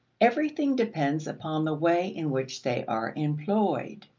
everything depends upon the way in which they are employed.